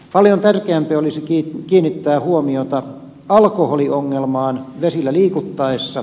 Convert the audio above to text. paljon tärkeämpi olisi kiinnittää huomiota alkoholiongelmaan vesillä liikuttaessa